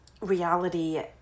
reality